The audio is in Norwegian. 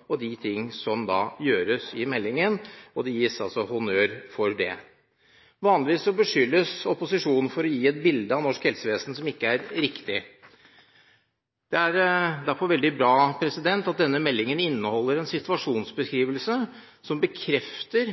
for de forslag og de ting som gjøres i meldingen, og det gis honnør for det. Vanligvis beskyldes opposisjonen for å gi et bilde av norsk helsevesen som ikke er riktig. Derfor er det veldig bra at denne meldingen inneholder en situasjonsbeskrivelse som bekrefter